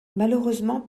malheureusement